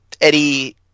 Eddie